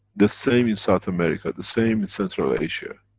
the same in south america, the same in central asia.